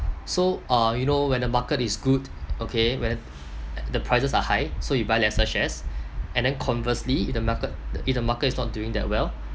so uh you know when the market is good okay when the the prices are high so you buy lesser shares and then conversely if the market if the market is not doing that well